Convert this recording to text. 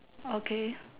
okay